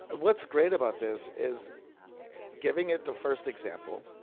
what's great about this is giving it the first example,